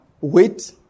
weight